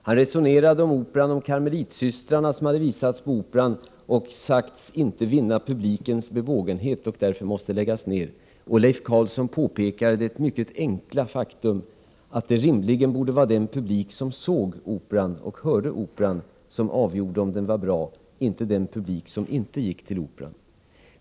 Han resonerade om operan om Karmelitsystrarna som hade visats på Operan och sagts inte vinna publikens bevågenhet och därför måste läggas ner. Leif Carlsson påpekade det mycket enkla faktum att det rimligen borde vara den publik som såg och hörde operan som avgjorde om den var bra, inte den publik som inte gick till Operan.